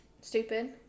Stupid